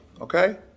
Okay